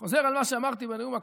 אני חוזר על מה שאמרתי בנאום הקודם.